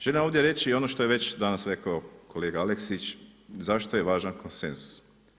Želim ovdje reći i ono što je već danas rekao kolega Aleksić zašto je važan konsenzus?